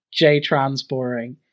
jtransboring